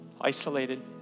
isolated